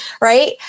right